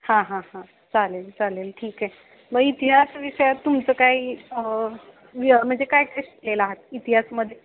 हां हां हां चालेल चालेल ठीके म इतिहास विषयात तुमचं काही म्हणजे काय शिकलेल्या आहात इतिहासामध्ये